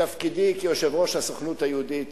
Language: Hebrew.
בתפקידי כיושב-ראש הסוכנות היהודית